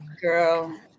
girl